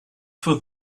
for